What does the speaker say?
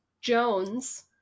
jones